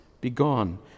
begone